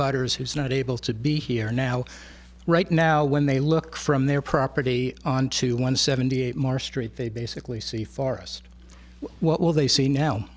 rs who's not able to be here now right now when they look from their property onto one seventy eight more street they basically see forest well they see now